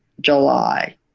July